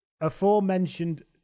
aforementioned